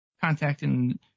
contacting